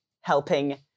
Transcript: helping